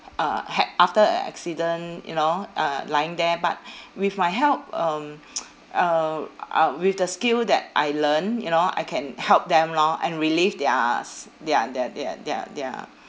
uh had after a accident you know uh lying there but with my help um uh uh with the skill that I learn you know I can help them lor and relief theirs their their their their their